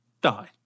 die